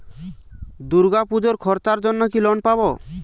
দূর্গাপুজোর খরচার জন্য কি লোন পাব?